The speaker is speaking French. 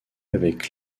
avec